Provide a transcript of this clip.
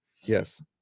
Yes